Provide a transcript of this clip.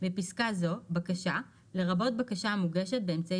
בפסקה זו - "בקשה" - לרבות בקשה המוגשת באמצעי